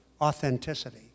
authenticity